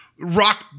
rock